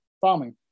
farming